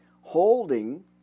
holding